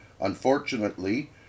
Unfortunately